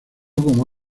como